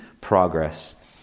progress